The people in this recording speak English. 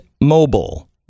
Mobile